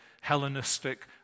Hellenistic